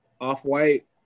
off-white